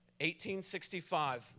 1865